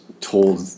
told